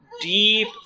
deep